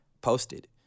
posted